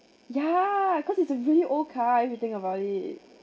ya cause it's a very old car if you think about it